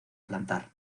plantar